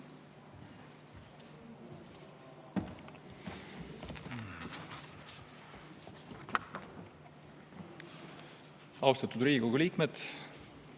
Austatud Riigikogu liikmed!